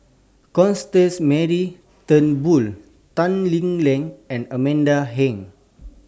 Constance Mary Turnbull Tan Lee Leng and Amanda Heng